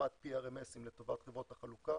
בהקמת PRMS לטובת חברות החלוקה.